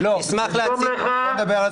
בוא נדבר על